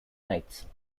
nights